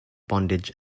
bondage